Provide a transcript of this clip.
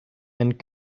and